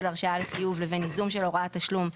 הרשאה לחיוב לבין ייזום של הוראת תשלום,